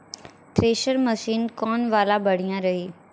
Thresher machine कौन वाला बढ़िया रही?